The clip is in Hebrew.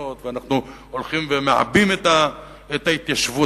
לבנות ואנחנו הולכים ומעבים את ההתיישבות.